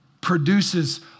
produces